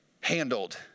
handled